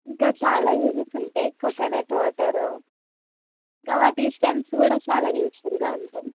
ఇంకా చాలా యూజెస్ ఉంటాయి కోకోనట్ వాటరు ఇంకా వాటి స్టెమ్స్ కూడా చాలా యూజ్ఫుల్గా ఉంటాయి